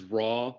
raw